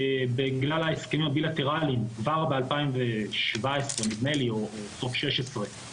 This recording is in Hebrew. בגלל ההסכמים הבילטרליים כבר ב-2017 או סוף 2016,